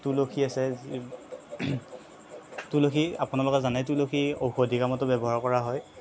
তুলসী আছে যি তুলসী আপোনালোকে জানে তুলসী ঔষধি কামতো ব্যৱহাৰ কৰা হয়